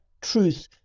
truth